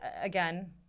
again